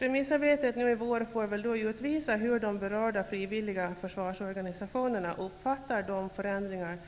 Remissarbetet nu i vår får väl utvisa hur de berörda frivilliga försvarsorganisationerna uppfattar de förändringar